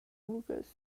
uras